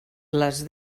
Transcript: les